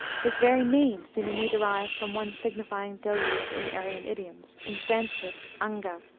his very name seemingly derived from one signifying deluge in aryan idioms, in sanscrit angha.